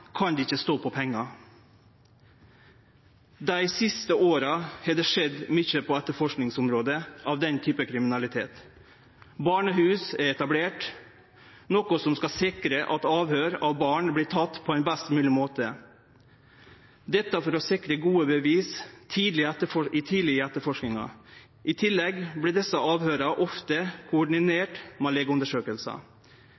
kan det ikkje stå på pengar. Dei siste åra har det skjedd mykje på etterforskingsområdet av denne typen kriminalitet. Det har vorte etablert barnehus, noko som skal sikre at avhøyra av barn vert gjorde på ein best mogleg måte – dette for å sikre gode bevis tidleg i etterforskinga. I tillegg vert desse avhøyra ofte